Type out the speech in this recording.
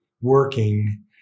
working